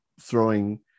throwing